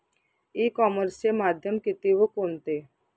E कॉमर्सचे माध्यम किती व कोणते?